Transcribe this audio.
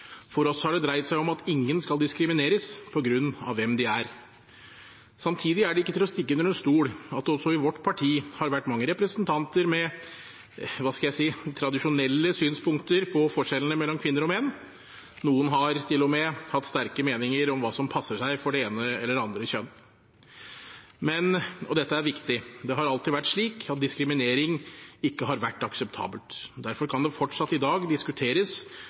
For oss har det dreid seg om at ingen skal diskrimineres på grunn av hvem de er. Samtidig er det ikke til å stikke under stol at det også i vårt parti har vært mange representanter med – hva skal jeg si – tradisjonelle synspunkter på forskjellene mellom kvinner og menn. Noen har til og med hatt sterke meninger om hva som passer seg for det ene eller det andre kjønn. Men – og dette er viktig – det har alltid vært slik at diskriminering ikke har vært akseptabelt. Derfor kan det fortsatt i dag diskuteres